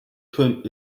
shrimp